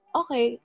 okay